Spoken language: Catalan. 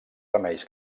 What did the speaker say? remeis